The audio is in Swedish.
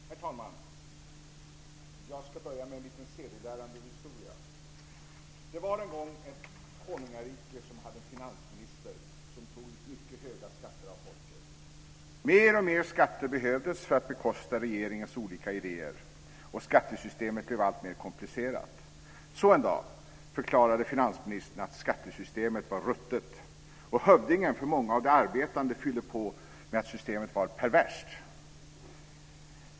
Herr talman! Jag ska börja med en liten sedelärande historia. Det var en gång ett konungarike som hade en finansminister som tog ut mycket höga skatter av folket. Mer och mer skatter behövdes för att bekosta regeringens olika idéer, och skattesystemet blev alltmer komplicerat. Så en dag förklarade finansministern att skattesystemet var "ruttet", och hövdingen för många av de arbetande fyllde på med att systemet var "perverst".